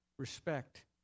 Respect